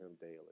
daily